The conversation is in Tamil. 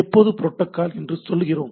எப்பொழுது புரோட்டோகால் என்று சொல்லுகிறோம்